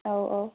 ꯑꯥꯎ ꯑꯥꯎ